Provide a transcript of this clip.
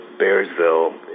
Bearsville